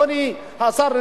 אדוני השר,